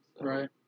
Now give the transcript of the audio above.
Right